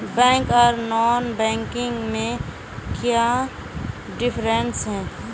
Bank आर non banking में क्याँ डिफरेंस है?